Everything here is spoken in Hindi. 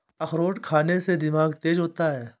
अखरोट खाने से दिमाग तेज होता है